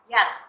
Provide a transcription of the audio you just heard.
Yes